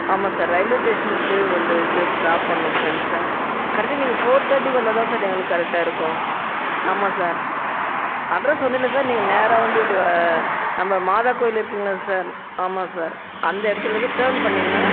ஆமாம் sir railway ஸ்டேஷனுக்கு போய் இந்த இது ட்ராப் பண்ணணும் ஃப்ரெண்ட்ஸை கரெக்டாக நீங்கள் ஃபோர் தேர்ட்டிக்கு வந்தால் தான் சார் எங்களுக்கு கரெக்டாக இருக்கும் ஆமாம் சார் அட்ரெஸ் சொன்னேன்ல சார் நீங்கள் நேராக வந்து இப்படி நம்ம மாதாக் கோவிலு இருக்குங்குல்ல சார் ஆமாம் சார் அந்த இடத்துலேருந்து டேர்ன் பண்ணிங்கனா